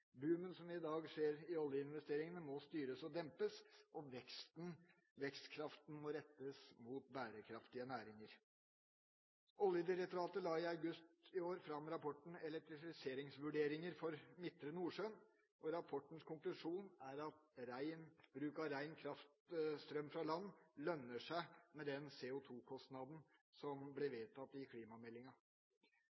som vi i dag ser i oljeinvesteringene, må styres og dempes, og vekstkraften må rettes mot bærekraftige næringer. Oljedirektoratet la i august i år fram rapporten Elektrifiseringsvurderinger for midtre nordsjø. Rapportens konklusjon er at bruk av ren strøm fra land lønner seg med den CO2-kostnaden som ble